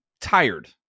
tired